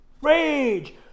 Rage